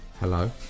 Hello